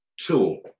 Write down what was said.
tool